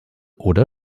oder